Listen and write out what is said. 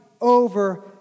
over